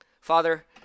Father